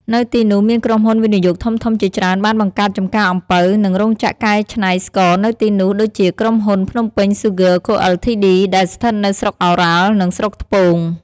នៅទីនោះមានក្រុមហ៊ុនវិនិយោគធំៗជាច្រើនបានបង្កើតចំការអំពៅ និងរោងចក្រកែច្នៃស្ករនៅទីនោះ ដូចជាក្រុមហ៊ុន ភ្នំពេញ ស៊ូហ្គើរ ខូអិលធីឌី ដែលស្ថិតនៅស្រុកឱរ៉ាល់ និងស្រុកថ្ពង។